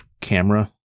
camera